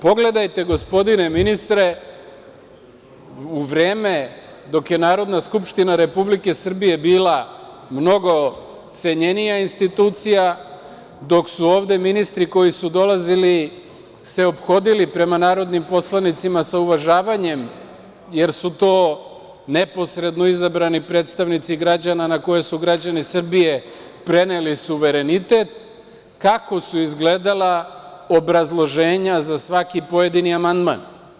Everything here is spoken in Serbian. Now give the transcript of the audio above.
Pogledajte, gospodine ministre, u vreme dok je Narodna skupština Republike Srbije bila mnogo cenjenija institucija, dok su se ovde ministri koji su dolazili ophodili prema narodnim poslanicima sa uvažavanjem, jer su to neposredno izabrani predstavnici građana na koje su građani Srbije preneli suverenitet, kako su izgledala obrazloženja za svaki pojedini amandman.